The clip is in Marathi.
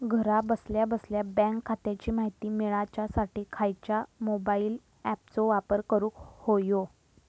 घरा बसल्या बसल्या बँक खात्याची माहिती मिळाच्यासाठी खायच्या मोबाईल ॲपाचो वापर करूक होयो?